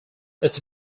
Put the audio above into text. its